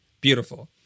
Beautiful